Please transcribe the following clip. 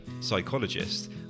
psychologist